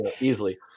easily